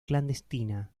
clandestina